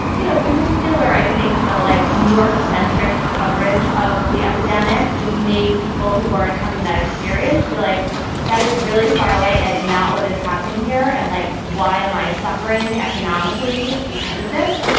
you know, in particular, i think they'll like new york centric coverage of the epidemic. just made people who weren't having that experience feel like that is really far away and not what is happening here. and like, why am i suffering economically because of this?